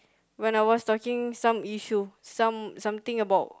when I was talking some issue some something about